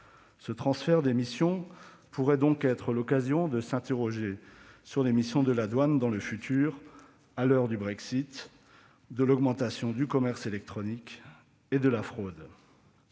Ce transfert des missions pourrait donc être l'occasion de s'interroger sur les missions de la douane dans le futur, à l'heure du Brexit, de l'augmentation du commerce électronique et de la fraude.